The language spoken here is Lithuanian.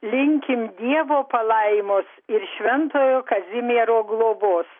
linkim dievo palaimos ir šventojo kazimiero globos